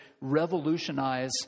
revolutionize